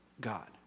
God